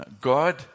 God